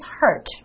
hurt